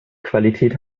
qualität